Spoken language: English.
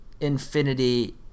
Infinity